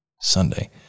Sunday